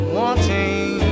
wanting